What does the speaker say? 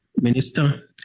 Minister